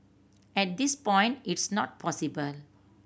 at this point it's not possible